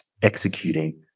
executing